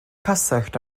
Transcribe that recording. cyswllt